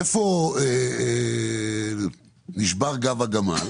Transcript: איפה נשבר גב הגמל?